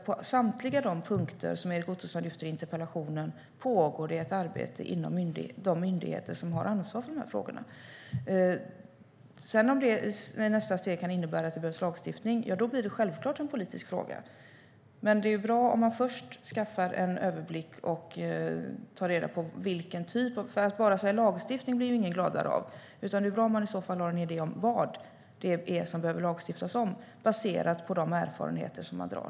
På samtliga de punkter som Erik Ottoson lyfter fram i interpellationen pågår det ett arbete inom de myndigheter som har ansvar för de här frågorna. Om det i nästa steg kan innebära att det behövs lagstiftning blir det självklart en politisk fråga. Men det är bra om man först skaffar en överblick och tar reda på vilken typ det handlar om. Att bara säga lagstiftning blir ingen gladare av, utan det är bra om man i så fall har en idé om vad det är som det behöver lagstiftas om, baserat på de erfarenheter som man gör.